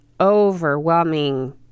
overwhelming